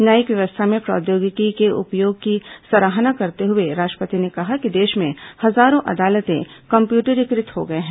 न्यायिक व्यवस्था में प्रौद्योगिकी के उपयोग की सराहना करते हुए राष्ट्रपति ने कहा कि देश में हजारों अदालतें कम्प्यूटरीकृत हो गई हैं